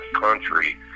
country